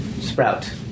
sprout